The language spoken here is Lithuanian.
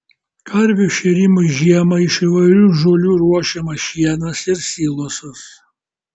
karvių šėrimui žiemą iš įvairių žolių ruošiamas šienas ir silosas